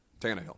Tannehill